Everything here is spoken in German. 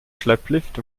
schlepplift